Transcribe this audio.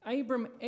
Abram